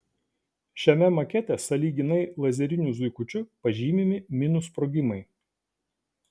šiame makete sąlyginai lazeriniu zuikučiu pažymimi minų sprogimai